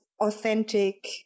authentic